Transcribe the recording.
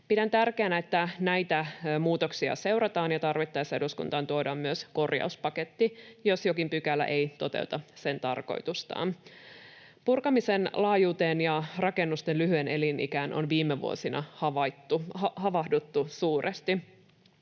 Pidän tärkeänä, että näitä muutoksia seurataan ja tarvittaessa eduskuntaan tuodaan myös korjauspaketti, jos jokin pykälä ei toteuta tarkoitustaan. Purkamisen laajuuteen ja rakennusten lyhyeen elinikään on viime vuosina havahduttu suuresti.